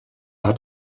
hat